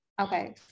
Okay